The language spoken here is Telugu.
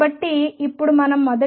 కాబట్టి ఇప్పుడు మనం మొదట f x